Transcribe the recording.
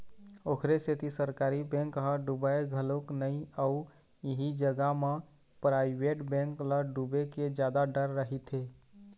ओखरे सेती सरकारी बेंक ह डुबय घलोक नइ अउ इही जगा म पराइवेट बेंक ल डुबे के जादा डर रहिथे